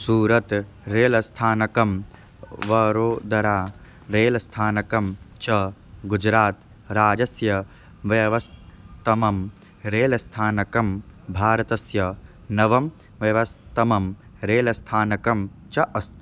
Surat rail स्थानकं Vadodara rail स्थानकं च गुजरात् राज्यस्य व्यस्थतमं रेल स्थानकं भारतस्य नवमं व्यस्थतमं रेल स्थानकं च अस्ति